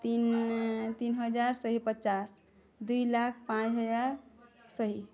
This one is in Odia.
ତିନ୍ ତିନ୍ ହଜାର୍ ଶହେ ପଚାଶ୍ ଦୁଇ ଲାଖ୍ ପାଞ୍ଚ ହଜାର୍ ଶହେ